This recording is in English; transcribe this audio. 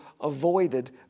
avoided